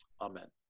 Amen